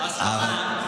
לא רק אבל גם, גם.